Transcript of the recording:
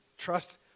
Trust